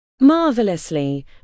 Marvelously